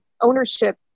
ownership